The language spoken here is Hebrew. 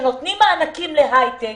שנותנים מענקים להייטק,